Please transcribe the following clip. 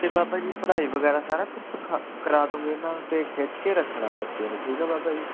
ਅਤੇ ਬਾਬਾ ਜੀ ਪੜ੍ਹਾਈ ਵਗੈਰਾ ਸਾਰਾ ਕੁਛ ਸਿਖਾ ਕਰਵਾ ਦਿਉਂਗੇ ਨਾ ਅਤੇ ਖਿੱਚ ਕੇ ਰੱਖਣਾ ਬੱਚੇ ਨੂੰ ਠੀਕ ਆ ਬਾਬਾ ਜੀ